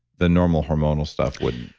the normal hormonal stuff wouldn't?